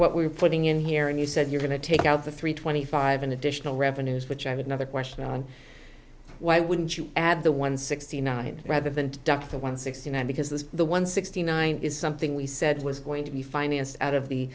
what we're putting in here and you said you're going to take out the three twenty five in additional revenues which i would never question on why wouldn't you add the one sixty nine rather than dr one sixty nine because this is the one sixty nine is something we said was going to be financed out of the